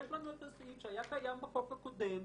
יש לנו את הסעיפים שהיה קיים בחוק הקודם,